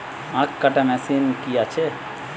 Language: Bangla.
আখ কাটা মেশিন কি আছে?